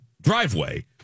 driveway